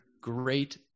great